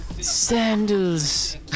Sandals